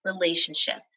relationship